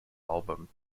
album